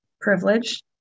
privilege